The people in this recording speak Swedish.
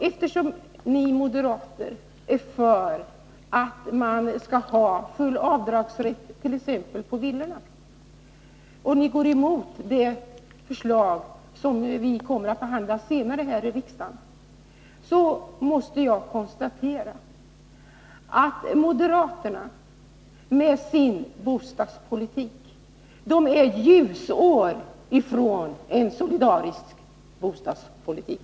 Eftersom ni moderater är för att man skall ha full avdragsrätt på t.ex. villorna och går emot det förslag som vi senare kommer att behandla här i riksdagen, måste jag konstatera att moderaterna med sin bostadspolitik är ljusår från en solidarisk bostadspolitik.